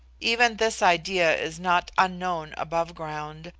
even this idea is not unknown above ground,